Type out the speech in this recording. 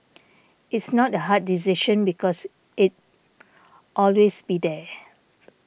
it's not a hard decision because it always be there